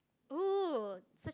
!ooh!